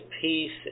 peace